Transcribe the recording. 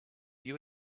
you